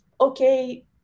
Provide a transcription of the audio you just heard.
okay